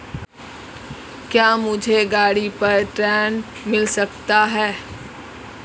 क्या मुझे गाड़ी पर ऋण मिल सकता है?